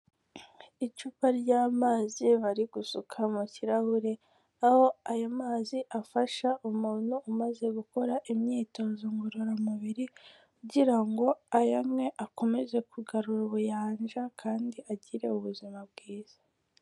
Icupa ry'amazi bari gusuka mu kirahure, aho ayo mazi afasha umuntu umaze gukora imyitozo ngororamubiri, kugira ngo ayanywe akomeze kugarura ubuyanja kandi agire ubuzima bwiza.